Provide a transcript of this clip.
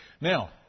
now